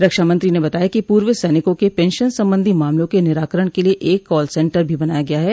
रक्षामंत्री ने बताया कि पूर्व सैनिकों के पेंशन संबंधी मामलों के निराकरण के लिये एक कॉल सेन्टर भी बनाया गया है